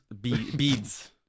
Beads